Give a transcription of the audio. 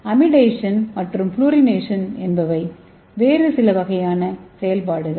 amidation மற்றும் fluorination என்பவை வேறு சில வகையான செயல்பாடுகள்